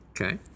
Okay